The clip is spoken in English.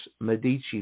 Medici